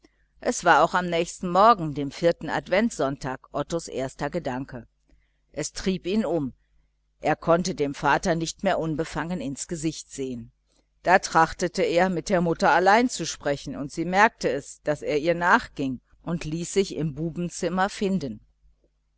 es war auch am nächsten morgen an dem vierten adventssonntag ottos erster gedanke es trieb ihn um er konnte dem vater nicht mehr unbefangen ins gesicht sehen da trachtete er mit der mutter allein zu sprechen und sie merkte es daß er ihr nachging und ließ sich allein finden